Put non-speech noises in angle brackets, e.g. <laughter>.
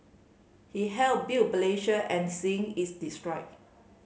he helped built <unintelligible> and seeing it's destroyed